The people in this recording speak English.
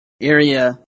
area